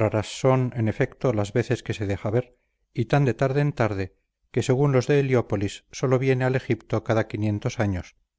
raras son en efecto las veces que se deja ver y tan de tarde en tarde que según los de heliópolis sólo viene al egipto cada quinientos años